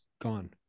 gone